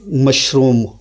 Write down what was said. mushroom